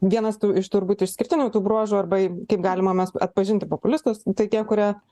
vienas tų iš turbūt išskirtinių tų bruožų arba kaip galima mes atpažinti populistus tai tie kurie